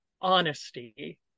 honesty